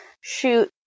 shoot